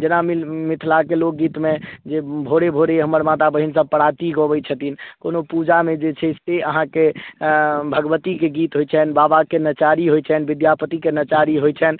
जेना मिथिलाके लोकगीतमे जे भोरे भोरे हमर माता बहिनसभ पराती गबैत छथिन कोनो पूजामे जे छै से अहाँके भगवतीके गीत होइत छनि बाबाके नचारी होइत छनि विद्यापतिके नचारी होइत छनि